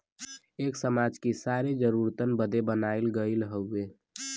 एक समाज कि सारी जरूरतन बदे बनाइल गइल हउवे